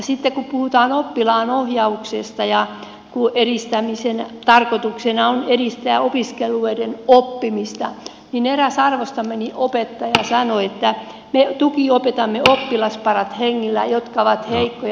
sitten kun puhutaan oppilaanohjauksesta ja kun tarkoituksena on edistää opiskelijoiden oppimista niin eräs arvostamani opettaja sanoi että me tukiopetamme hengiltä oppilasparat jotka ovat heikkoja